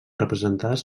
representades